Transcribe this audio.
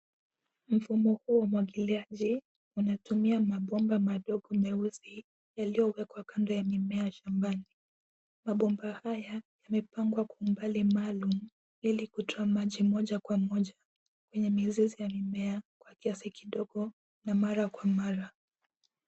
Mfumo huu wa umwagiliaji unatumia mabomba madogo meupe yaliyoegeshwa kwa kando ya mimea shambani. Mabomba haya yamepangwa kwa umbali maalum ili kutoa maji moja kwa moja kwenye mizizi ya mimea kwa kiasi kidogo na mara kwa mara.